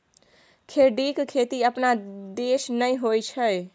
खेढ़ीक खेती अपना दिस नै होए छै